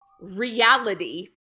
reality